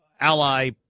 ally